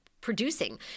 producing